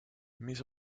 mis